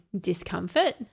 discomfort